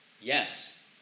Yes